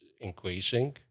increasing